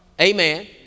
Amen